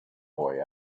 boy